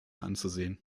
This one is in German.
anzusehen